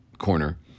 corner